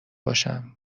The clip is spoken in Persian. باشم